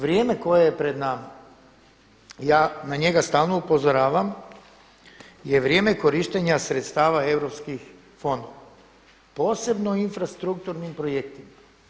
Vrijeme koje je pred nama, ja na njega stalno upozoravam je vrijeme korištenja sredstava europskih fondova, posebno infrastrukturnim projektima.